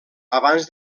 abans